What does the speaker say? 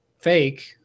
fake